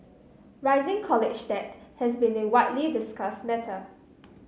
rising college debt has been a widely discuss matter